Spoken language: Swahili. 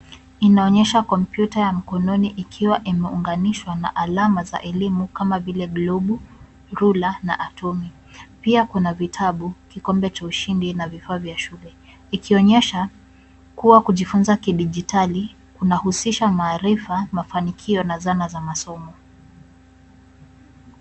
Inaonyesha kompyuta ya mkononi ikiwa imeunganishwa na alama za elimu kama vile globu, rula na atomic , pia kuna vitabu, kikombe cha ushindi na vifaa vya shule vikionyesha kuwa kujifunza kidijitali kunahusisha maarifa, mafanikio na zaa za masomo.